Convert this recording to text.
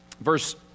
Verse